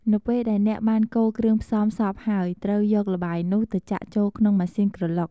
នៅពេលដែលអ្នកបានកូរគ្រឿងផ្សំសព្វហើយ ត្រូវយកល្បាយនោះទៅចាក់ចូលក្នុង ម៉ាស៊ីនក្រឡុក។